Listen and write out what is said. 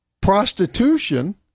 prostitution